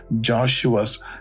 Joshua's